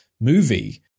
movie